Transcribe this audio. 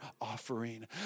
offering